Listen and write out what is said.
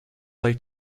late